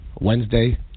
Wednesday